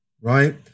right